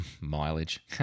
mileage